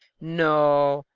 no,